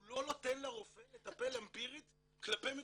הוא לא נותן לרופא לטפל אמפירית כלפי מטופל.